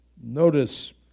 Notice